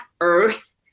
earth